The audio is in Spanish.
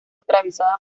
atravesada